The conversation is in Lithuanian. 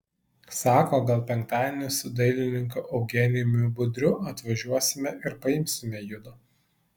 sako gal penktadienį su dailininku eugenijumi budriu atvažiuosime ir paimsime judu